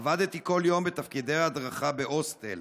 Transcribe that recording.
עבדתי כל יום בתפקידי ההדרכה בהוסטל.